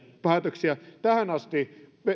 päätöksiä tähän asti